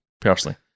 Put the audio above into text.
personally